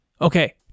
Okay